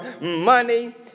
money